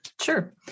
Sure